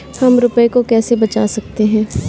हम रुपये को कैसे बचा सकते हैं?